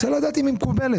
אני רוצה לדעת אם ההצעה מקובלת.